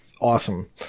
Awesome